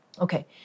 Okay